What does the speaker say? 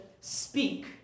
Speak